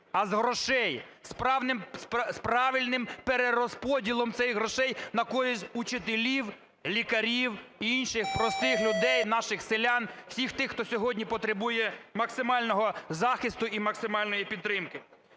а з грошей, з правильним перерозподілом цих грошей на користь учителів, лікарів і інших простих людей, наших селян – всіх тих, хто сьогодні потребує максимального захисту і максимальної підтримки.